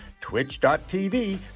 twitch.tv